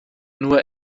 nur